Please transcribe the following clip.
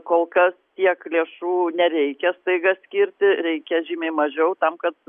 kol kas tiek lėšų nereikia staiga skirti reikia žymiai mažiau tam kad